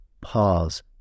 pause